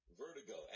vertigo